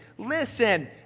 Listen